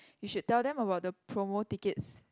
you should tell them about the promo tickets